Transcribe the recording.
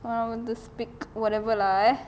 I want to speak whatever lah eh